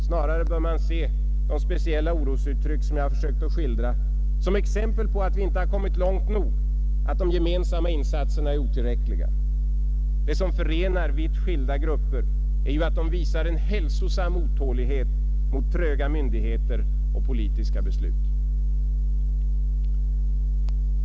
Snarare bör man se de speciella orosuttryck som jag har försökt skildra som exempel på att vi inte har kommit långt nog, att de gemensamma insatserna är otillräckliga. Det som förenar vitt skilda grupper är ju att de visar en hälsosam otålighet mot tröga myndigheter och politiska beslut.